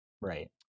right